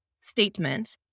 statement